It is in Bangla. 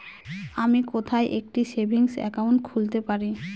আমি কোথায় একটি সেভিংস অ্যাকাউন্ট খুলতে পারি?